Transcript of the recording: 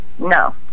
No